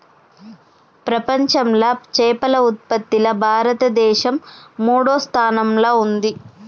ప్రపంచంలా చేపల ఉత్పత్తిలా భారతదేశం మూడో స్థానంలా ఉంది